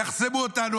יחסמו אותנו,